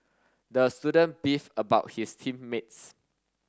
the student beefed about his team mates